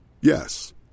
Yes